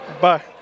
bye